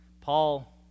Paul